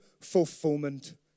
fulfillment